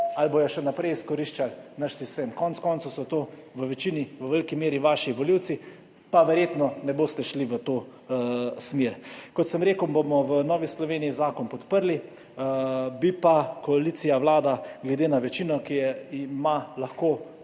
ali bodo še naprej izkoriščali naš sistem? Konec koncev so to v večini, v veliki meri vaši volivci, zato verjetno ne boste šli v to smer. Kot sem rekel, bomo v Novi Sloveniji zakon podprli, bi pa koalicija, vlada, glede na večino, ki jo ima, lahko